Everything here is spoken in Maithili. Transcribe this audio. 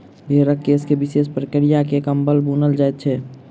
भेंड़क केश के विशेष प्रक्रिया क के कम्बल बुनल जाइत छै